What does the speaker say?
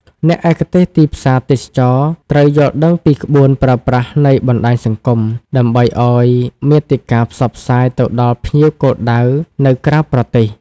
អ្នកឯកទេសទីផ្សារទេសចរណ៍ត្រូវយល់ដឹងពីក្បួនប្រើប្រាស់នៃបណ្តាញសង្គម ដើម្បីឱ្យមាតិកាផ្សព្វផ្សាយទៅដល់ភ្ញៀវគោលដៅនៅក្រៅប្រទេស។